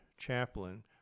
chaplain